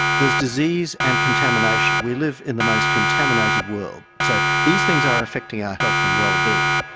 there's disease and contamination. we live in the most contaminated world. so these things are affecting our health and wellbeing.